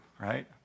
right